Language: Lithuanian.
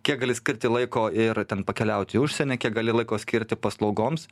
kiek gali skirti laiko ir ten pakeliaut į užsienį kiek gali laiko skirti paslaugoms